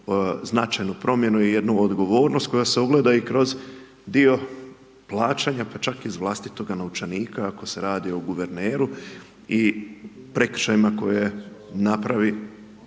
značajnu promjenu i jednu odgovornost i koja se ugleda i kroz dio plaćanja pa čak iz vlastitoga novčanika ako se radi o guverneru i prekršajima koje napravi,